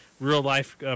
real-life